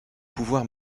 pouvoirs